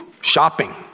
shopping